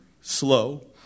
slow